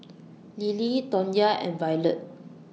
Lilie Tawnya and Violet